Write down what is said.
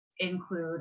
include